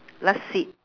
last seat